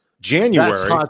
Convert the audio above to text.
January